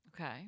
Okay